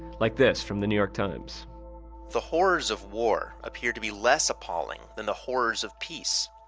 like this, from the new york times the horrors of war appear to be less appalling than the horrors of peace.